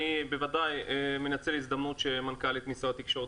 אני בוודאי מנצל את ההזדמנות שמנכ"לית משרד התקשורת